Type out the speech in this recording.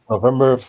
November